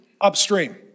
upstream